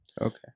Okay